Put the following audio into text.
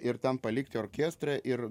ir ten palikti orkestrą ir